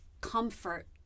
comfort